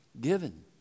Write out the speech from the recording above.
given